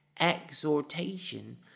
exhortation